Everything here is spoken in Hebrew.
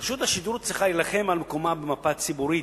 רשות השידור צריכה להילחם על מקומה על המפה הציבורית,